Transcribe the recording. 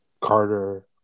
Carter